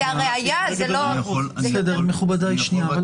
--- מכובדיי, שנייה.